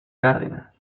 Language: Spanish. cárdenas